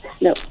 No